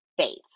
faith